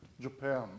Japan